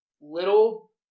little